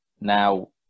Now